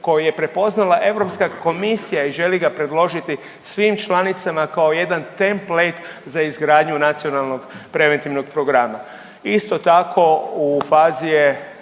koji je prepoznala Europska komisija i želi ga predložiti svim članicama kao jedan template za izgradnju nacionalnog preventivnog programa. Isto tako, u fazi je